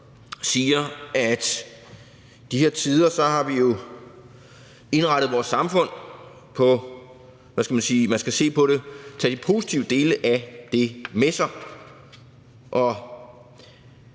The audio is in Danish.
siger, at i de her tider har vi jo indrettet vores samfund på en måde, hvad skal man sige, hvor man skal se sådan på det, at man skal tage de positive dele af det med sig,